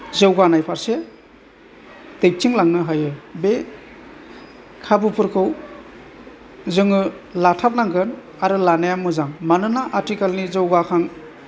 जौगानाय फारसे दैथिंलांनो हायो बे खाबुफोरखौ जोङो लाथारनांगोन आरो लानाय मोजां मानोना आथिखालनि जौगाखां